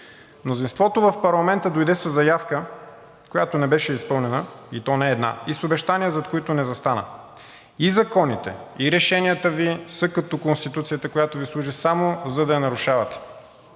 Мнозинството в парламента дойде със заявка, която не беше изпълнена, и то не една, и с обещания, зад които не застана. И законите, и решенията Ви са като Конституцията, която Ви служи само за да я нарушавате.